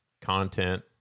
content